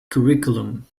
curriculum